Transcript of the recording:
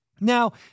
Now